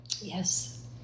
Yes